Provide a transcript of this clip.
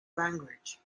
language